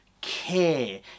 care